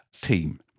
team